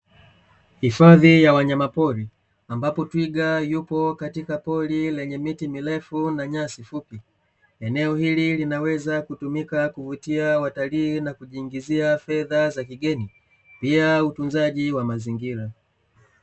Hifadhi ya wanyama pori ambapo twiga yupo katika pori lenye miti mirefu na nyasi fupi, eneo hili linawezau kuvutia watalii na kujiingizia fedha za kigeni pia utunzaji wa mazingira.